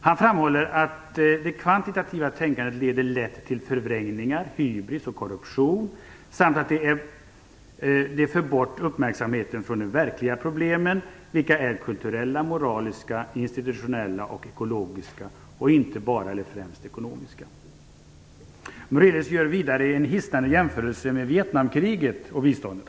Han framhåller att det kvantitativa tänkandet lätt leder till förvrängningar, hybris och korruption samt att de för bort uppmärksamheten från de verkliga problemen, vilka är kulturella, moraliska, institutionella och ekologiska och inte bara, eller främst, ekonomiska. Murelius gör vidare en hisnande jämförelse mellan Vietnamkriget och biståndet.